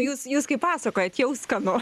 jūs jūs kai pasakojat jau skanu